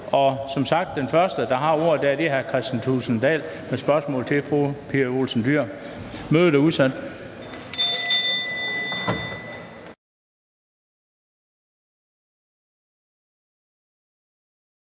Som sagt er den første, der har ordet, hr. Kristian Thulesen Dahl med spørgsmål til fru Pia Olsen Dyhr. Mødet er udsat.